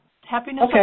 happiness